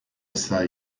essa